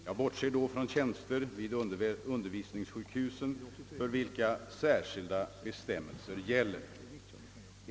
Jag bortser då från tjänster vid undervisningssjukhusen, för vilka särskilda bestämmelser gäller.